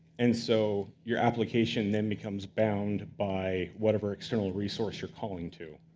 and so your application then becomes bound by whatever external resource you're calling to.